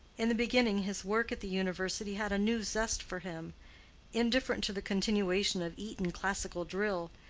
in the beginning his work at the university had a new zest for him indifferent to the continuation of eton classical drill,